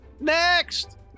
Next